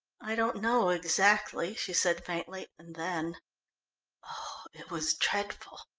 i don't know exactly, she said faintly. and then oh, it was dreadful,